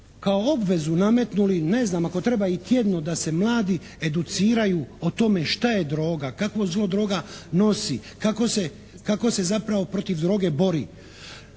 kao obvezu nametnuli, ne znam, ako treba i tjedno da se mladi educiraju o tome što je droga, kakvo zlo droga nosi, kako se zapravo protiv droge bori.